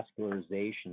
vascularization